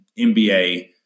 NBA